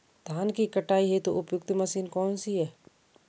धान की कटाई हेतु उपयुक्त मशीन कौनसी है?